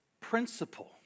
principle